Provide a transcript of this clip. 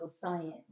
science